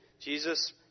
Jesus